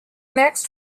next